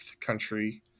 country